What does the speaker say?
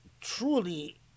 truly